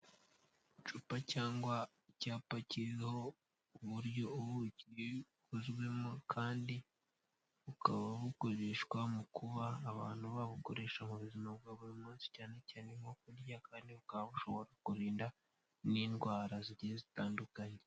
Icupa cyangwa icyapa kiriho uburyo ubuki bukozwemo kandi bukaba bukoreshwa mu kuba abantu babukoresha mu buzima bwa buri munsi cyane cyane nko kurya kandi bukaba bu ushobora kurinda n'indwara zigiye zitandukanye.